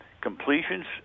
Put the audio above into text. completions